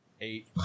eight